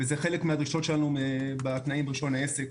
וזה חלק מהדרישות שלנו בתנאים ברישיון העסק